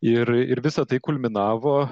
ir ir visa tai kulminavo